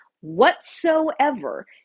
whatsoever